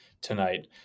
tonight